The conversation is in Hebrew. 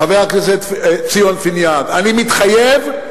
חבר הכנסת ציון פיניאן, אני מתחייב,